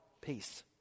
peace